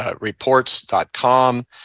reports.com